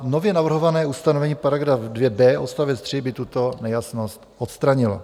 Nově navrhované ustanovení § 2b odst. 3 by tuto nejasnost odstranilo.